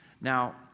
now